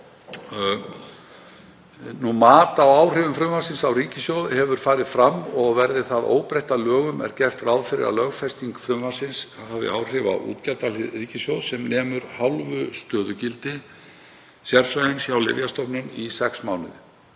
Mat á áhrifum frumvarpsins á ríkissjóð hefur farið fram og verði það óbreytt að lögum er gert ráð fyrir að lögfesting frumvarpsins hafi áhrif á útgjaldahlið ríkissjóðs sem nemur hálfu stöðugildi sérfræðings hjá Lyfjastofnun í sex mánuði